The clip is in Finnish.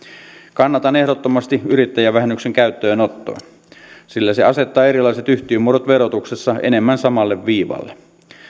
kannatan ehdottomasti yrittäjävähennyksen käyttöönottoa sillä se asettaa erilaiset yhtiömuodot verotuksessa enemmän samalle viivalle